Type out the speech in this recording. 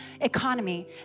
economy